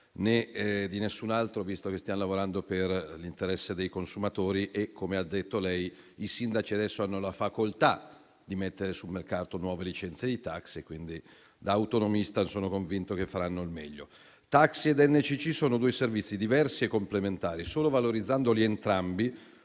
né di nessun altro, visto che stiamo lavorando per l'interesse dei consumatori e - come ha detto lei - i sindaci adesso hanno la facoltà di mettere sul mercato nuove licenze taxi e, da autonomista, sono convinto che faranno il meglio. Taxi e NCC sono due servizi diversi e complementari e solo valorizzandoli entrambi